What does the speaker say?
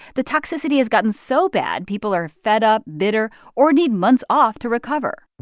the toxicity has gotten so bad, people are fed up, bitter or need months off to recover